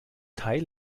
teil